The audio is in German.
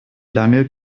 lange